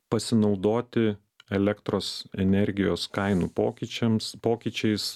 pasinaudoti elektros energijos kainų pokyčiams pokyčiais